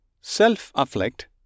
self-afflict